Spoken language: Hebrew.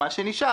מה שנשאר,